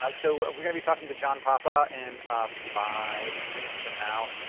ah so we're going to be talking to john papa in five minutes from now.